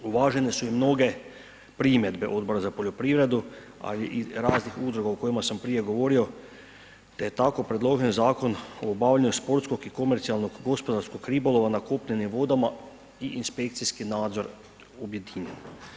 Uvažene su i mnoge primjedbe Odbora za poljoprivredu ali i raznih udruga o kojima sam prije govorio te je tako predložen Zakon o obavljaju sportskog i komercijalnog gospodarskog ribolova nakupljenim vodama i inspekcijski nadzor objedinjen.